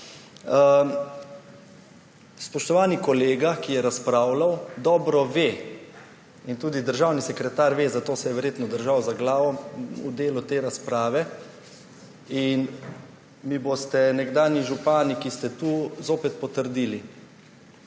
Spoštovani kolega, ki je razpravljal, dobro ve, in tudi državni sekretar ve, zato se je verjetno držal za glavo v delu te razprave, in mi boste nekdanji župani, ki ste tukaj, zopet potrdili.